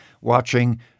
watching